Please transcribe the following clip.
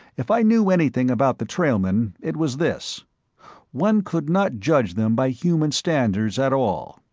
if i knew anything about the trailmen, it was this one could not judge them by human standards at all.